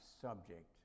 subject